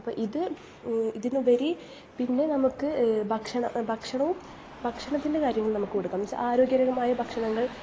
അപ്പം ഇത് ഇതിനുപരി പിന്നെ നമുക്ക് ഭക്ഷണം ഭക്ഷണം ഭക്ഷണത്തിൻറെ കാര്യങ്ങൾ നമുക്ക് കൊടുക്കാം എന്നു വെച്ചാൽ ആരോഗ്യമായ ഭക്ഷണങ്ങൾ